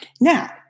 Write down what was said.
Now